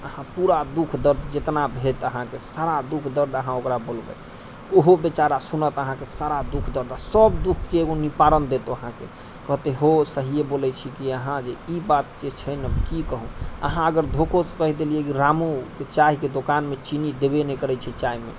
अहाँ पूरा दुःख दर्द जितना हैत अहाँके सारा दुःख दर्द अहाँ ओकरा बोलबै ओहो बेचारा सुनत अहाँके सारा दुःख दर्द आ सभ दुःखके ओ एगो निवारण देत अहाँकेँ कहतै हो सहिए बोलै छी कि अहाँ जे ई बात जे छै ने की कहू अहाँ अगर धोखोसँ कहि देलियै कि रामू चायके दोकानमे चिन्नी देबे नहि करै छै चायमे